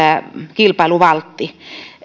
kilpailuvalttimme